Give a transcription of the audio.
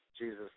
Jesus